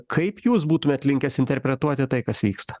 kaip jūs būtumėt linkęs interpretuoti tai kas vyksta